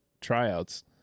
tryouts